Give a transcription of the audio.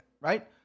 right